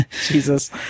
Jesus